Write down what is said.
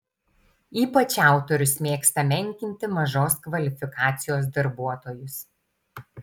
ypač autorius mėgsta menkinti mažos kvalifikacijos darbuotojus